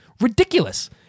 ridiculous